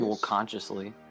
consciously